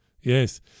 Yes